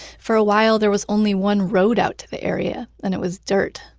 for while, there was only one road out to the area, and it was dirt.